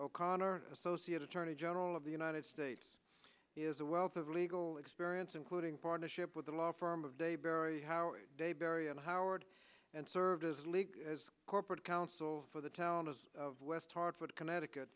o'connor associate attorney general of the united states is a wealth of legal experience including partnership with the law firm of de berry de berry and howard and served as league corporate counsel for the town of west hartford connecticut